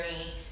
journey